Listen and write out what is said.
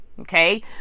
okay